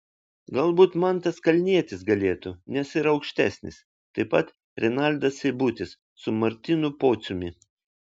galbūt mantas kalnietis galėtų nes yra aukštesnis taip pat renaldas seibutis su martynu pociumi